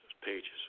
pages